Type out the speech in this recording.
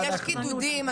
יש קידודים,